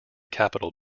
capitol